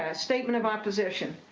ah statement of opposition.